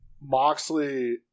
Moxley